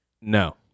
no